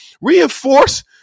reinforce